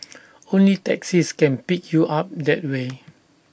only taxis can pick you up that way